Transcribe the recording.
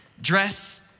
dress